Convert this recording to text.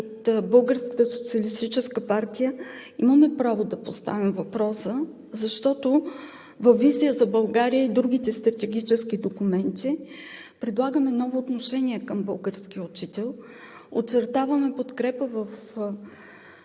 партия имаме право да поставяме въпроса, защото във „Визия за България“ и в другите стратегически документи предлагаме ново отношение към българския учител, очертаваме подкрепа